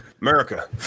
America